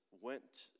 went